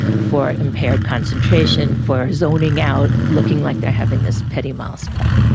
for impaired concentration, for zoning out, looking like they are having this petty mal spell.